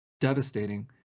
devastating